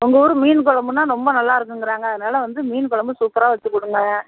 உங்கள் ஊர் மீன் கொழம்புனா ரொம்ப நல்லாயிருக்குங்கிறாங்க அதனால் வந்து மீன் கொழம்பு சூப்பராக வச்சிக் கொடுங்க